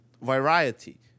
variety